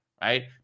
right